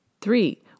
three